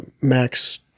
Max